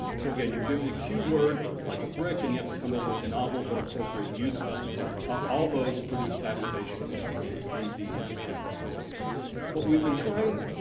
so again, you're given a cue word like a brick and you have to come up with novel but appropriate uses danielschacter all those produce activation in in the hippocampus but we've been trying.